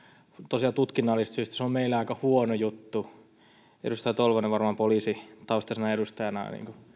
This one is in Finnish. tosiaan tutkinnallisista syistä meille aika huono juttu edustaja tolvanen on varmaan poliisitaustaisena edustajana